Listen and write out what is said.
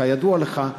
כידוע לך,